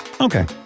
Okay